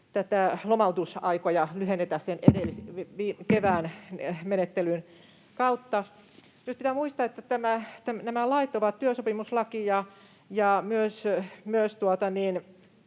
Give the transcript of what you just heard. lomautusaikoja lyhennetä sen viime kevään menettelyn kautta. Nyt pitää muistaa, että nämä lait, työsopimuslaki ja